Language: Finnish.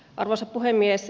arvoisa puhemies